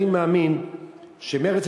אני מאמין שמרצ,